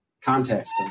context